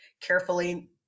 carefully